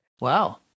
Wow